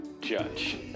judge